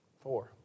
four